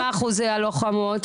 כמה אחוז זה הלוחמות?